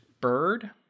bird